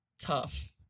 tough